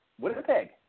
Winnipeg